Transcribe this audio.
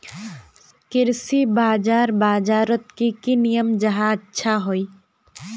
कृषि बाजार बजारोत की की नियम जाहा अच्छा हाई?